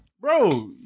Bro